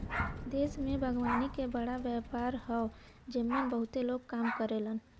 देश में बागवानी के बड़ा व्यापार हौ जेमन बहुते लोग काम करलन